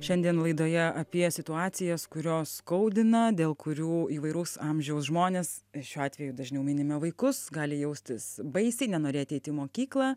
šiandien laidoje apie situacijas kurios skaudina dėl kurių įvairaus amžiaus žmonės šiuo atveju dažniau minime vaikus gali jaustis baisiai nenorėti eiti į mokyklą